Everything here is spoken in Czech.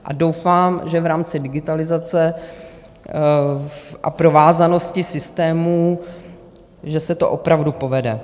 A doufám, že v rámci digitalizace a provázanosti systémů, že se to opravdu povede.